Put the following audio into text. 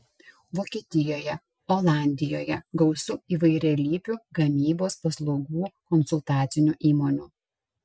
vokietijoje olandijoje gausu įvairialypių gamybos paslaugų konsultacinių įmonių